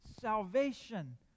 Salvation